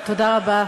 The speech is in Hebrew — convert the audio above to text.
תודה רבה.